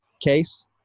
case